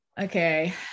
Okay